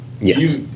Yes